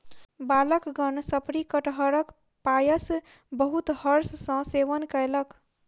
बालकगण शफरी कटहरक पायस बहुत हर्ष सॅ सेवन कयलक